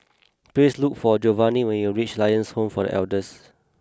please look for Jovanni when you reach Lions Home for The Elders